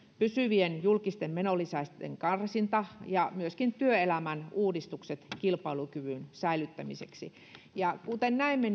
pysyvien julkisten menonlisäysten karsinta ja myöskin työelämän uudistukset kilpailukyvyn säilyttämiseksi kuten näimme